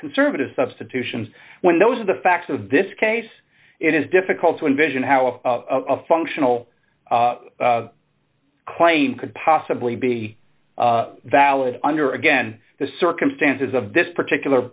conservative substitution when those are the facts of this case it is difficult to envision how of a functional claim could possibly be valid under again the circumstances of this particular